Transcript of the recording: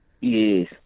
Yes